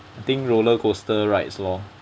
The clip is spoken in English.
I think roller coaster rides lor